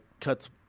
cuts